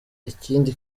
ikindi